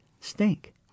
stink